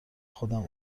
خودم